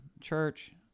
church